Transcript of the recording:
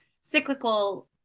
cyclical